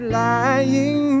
lying